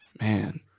Man